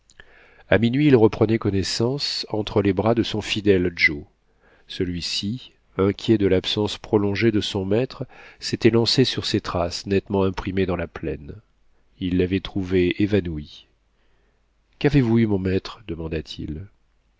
a minuit il reprenait connaissance entre les bras de son fidèle joe celui-ci inquiet de l'absence prolongée de son maître s'était lancé sur ses traces nettement imprimées dans la plaine il l'avait trouvé évanoui qu'avez-vous eu mon maître demanda-t-il